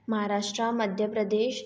Maharashtra Madhya Pradesh